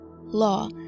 law